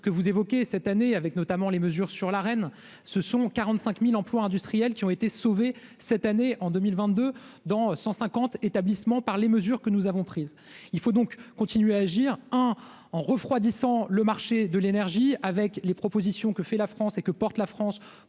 que vous évoquez cette année avec notamment les mesures sur la reine, ce sont 45000 emplois industriels qui ont été sauvées cette année en 2022 dans 150 établissements par les mesures que nous avons prises, il faut donc continuer à agir hein en refroidissant, le marché de l'énergie avec les propositions que fait la France et que porte la France